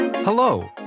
Hello